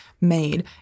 made